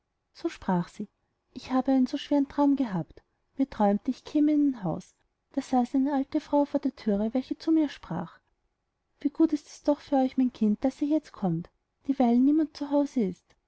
so sprach sie ich habe einen so schweren traum gehabt mir träumte ich käme in ein haus da saß eine alte frau vor der thüre welche zu mir sprach wie gut ist es doch für euch mein kind daß ihr jetzt kommt dieweil niemand zu haus ist